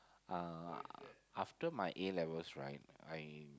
after my A-levels right I